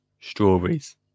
strawberries